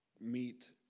meet